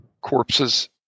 corpses